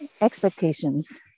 Expectations